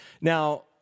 Now